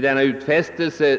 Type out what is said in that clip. denna utfästelse.